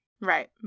Right